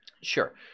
Sure